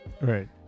right